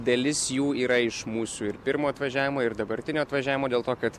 dalis jų yra iš mūsų ir pirmo atvažiavimo ir dabartinio atvažiavimo dėl to kad